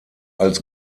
als